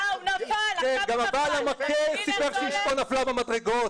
גם הבעל המכה סיפר שאשתו נפלה במדרגות.